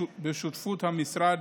בשותפות המשרד